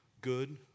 good